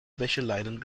wäscheleinen